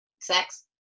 Sex